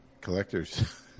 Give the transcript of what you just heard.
collector's